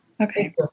Okay